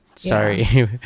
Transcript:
Sorry